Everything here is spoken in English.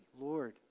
Lord